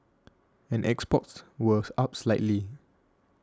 and exports was up slightly